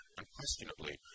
unquestionably